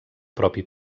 propi